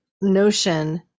notion